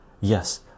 yes